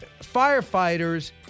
firefighters